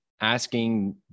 asking